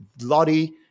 Lottie